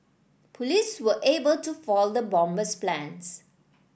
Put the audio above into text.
police were able to foil the bomber's plans